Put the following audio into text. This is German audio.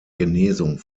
genesung